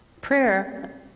Prayer